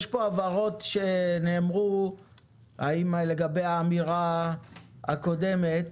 יש פה הבהרות שנאמרו לגבי האמירה הקודמת